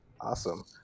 awesome